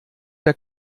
der